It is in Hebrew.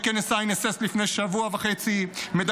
לפני שבוע וחצי ראינו אותם בכנס ה-INSS